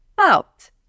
out